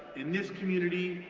in this community,